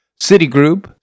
Citigroup